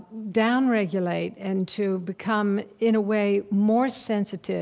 downregulate and to become, in a way, more sensitive